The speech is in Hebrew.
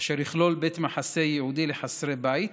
אשר יכלול בית מחסה ייעודי לחסרי בית